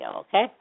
okay